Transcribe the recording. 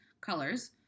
colors